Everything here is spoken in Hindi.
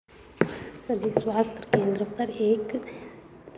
सभी स्वास्थ्य केंद्र पर एक